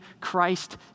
Christ